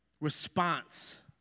response